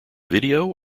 video